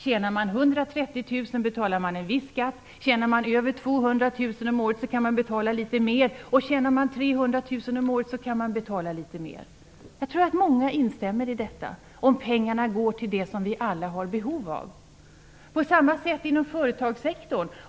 Tjänar man 130 000 betalar man en viss skatt; tjänar man över 200 000 om året så kan man betala litet mer; och tjänar man 300 000 om året kan man betala ännu litet mer. Jag tror att många instämmer i detta, om pengarna går till det som vi alla har behov av. På samma sätt är det inom företagssektorn.